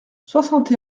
soixante